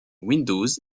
windows